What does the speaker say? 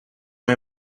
hay